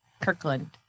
Kirkland